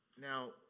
now